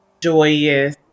joyous